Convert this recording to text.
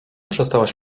przestałaś